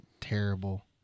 terrible